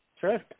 sure